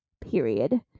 Period